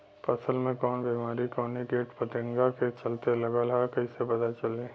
फसल में कवन बेमारी कवने कीट फतिंगा के चलते लगल ह कइसे पता चली?